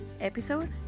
episode